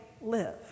live